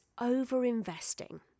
over-investing